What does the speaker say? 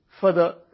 further